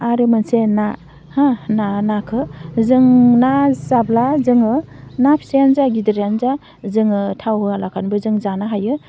आरो मोनसे ना हो ना नाखौ जों ना जाब्ला जोङो ना फिसायानो जा गिदिरानो जा जोङो थाव होआलासेनोबो जों जानो हायो